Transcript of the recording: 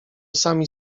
sami